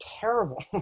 terrible